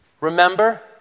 remember